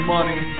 Money